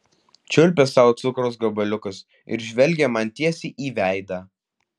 čiulpė sau cukraus gabaliukus ir žvelgė man tiesiai į veidą